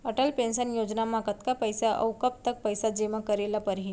Atal pension योजना म कतका पइसा, अऊ कब तक पइसा जेमा करे ल परही?